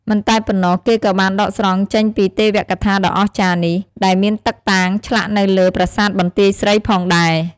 មិនតែប៉ុណ្ណោះគេក៏បានដកស្រង់ចេញពីទេវកថាដ៏អស្ចារ្យនេះ ដែលមានតឹកតាងឆ្លាក់នៅលើ ប្រាសាទបន្ទាយស្រី ផងដែរ។